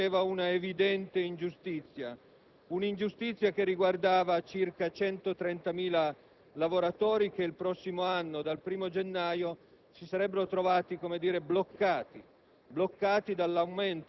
Questo scalone produceva una evidente ingiustizia, un'ingiustizia che riguardava circa 130.000 lavoratori che il prossimo anno, dal 1° gennaio, si sarebbero trovati bloccati